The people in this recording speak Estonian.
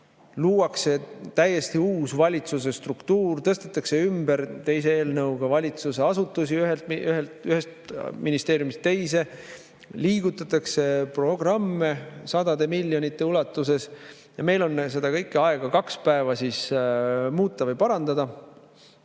luuakse täiesti uus valitsuse struktuur, tõstetakse teise eelnõuga valitsuse asutusi ühest ministeeriumist teise, liigutatakse programme sadade miljonite ulatuses. Ja meil on seda kõike aega kaks päeva muuta või parandada!